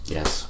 Yes